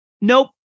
Nope